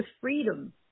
freedom